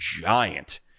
giant